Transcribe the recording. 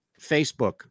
Facebook